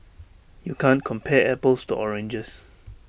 you can't compare apples to oranges